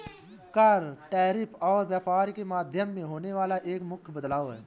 कर, टैरिफ और व्यापार के माध्यम में होने वाला एक मुख्य बदलाव हे